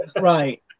Right